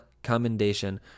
Commendation